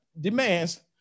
demands